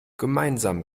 gemeinsam